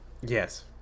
yes